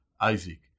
Isaac